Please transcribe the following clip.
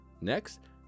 Next